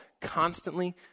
constantly